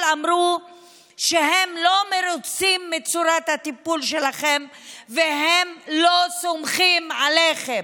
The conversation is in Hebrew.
אמרו שהם לא מרוצים מצורת הטיפול שלכם והם לא סומכים עליכם,